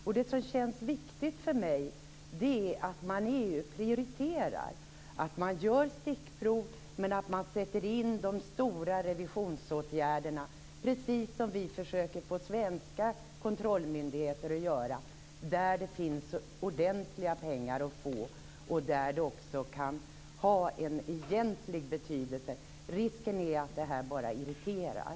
Det som känns viktigt för mig är att man i EU prioriterar, att man gör stickprov, men att man sätter in de stora revisionsåtgärderna - precis vi försöker att få svenska kontrollmyndigheter att göra - där det finns ordentliga pengar att få och där det också kan ha en egentlig betydelse. Risken är att det här bara irriterar.